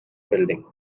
building